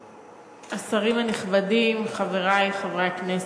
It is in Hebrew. השרים הנכבדים, חברי חברי הכנסת,